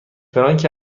فرانک